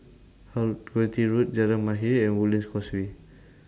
Quality Road Jalan Mahir and Woodlands Causeway